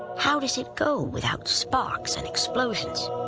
how does it go without sparks and explosions?